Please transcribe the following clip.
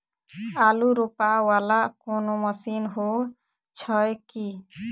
आलु रोपा वला कोनो मशीन हो छैय की?